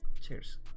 Cheers